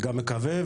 גם מקווה,